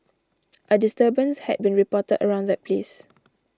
a disturbance had been reported around that place